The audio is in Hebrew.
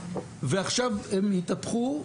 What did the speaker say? ועכשיו הם יתהפכו,